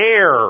air